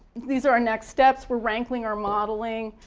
these are our next steps. we're ranking our modeling.